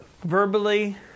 verbally